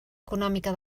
econòmica